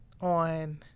on